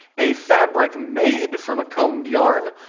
a fabric made from a combed yarn,